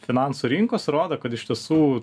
finansų rinkos rodo kad iš tiesų